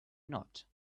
not